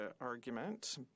argument